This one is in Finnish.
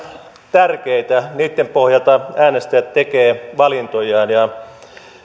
tärkeitä niitten pohjalta äänestäjät tekevät valintojaan